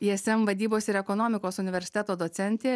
ism vadybos ir ekonomikos universiteto docentė